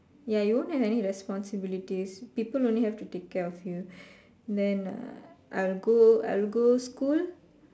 ya you won't have any responsibilities people only have to take care of you then I'll go I'll go school